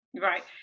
Right